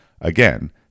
Again